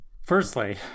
firstly